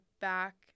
back